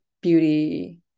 beauty